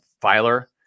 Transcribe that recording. Filer